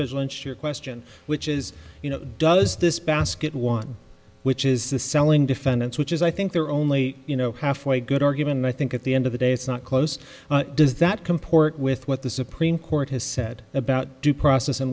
went your question which is you know does this basket one which is the selling defendants which is i think they're only you know halfway good or given i think at the end of the day it's not close does that comport with what the supreme court has said about due process and